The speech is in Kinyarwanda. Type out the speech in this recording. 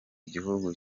igihugu